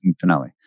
finale